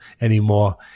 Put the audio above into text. anymore